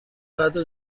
قدر